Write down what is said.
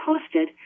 posted